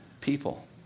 people